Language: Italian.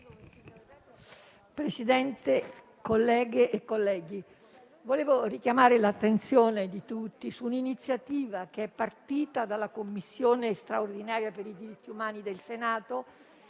Presidente, colleghe e colleghi, vorrei richiamare l'attenzione di tutti su un'iniziativa partita dalla Commissione straordinaria per la tutela e la